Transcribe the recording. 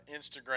Instagram